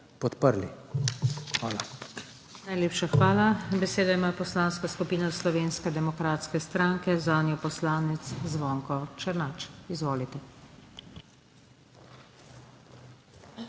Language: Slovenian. NATAŠA SUKIČ: Najlepša hvala. Besedo ima Poslanska skupina Slovenske demokratske stranke, zanjo poslanec Zvonko Černač. Izvolite.